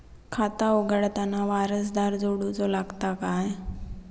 खाता उघडताना वारसदार जोडूचो लागता काय?